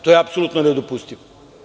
To je apsolutno nedopustivo.